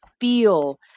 feel